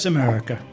America